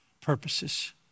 purposes